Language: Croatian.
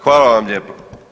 Hvala vam lijepa.